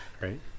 right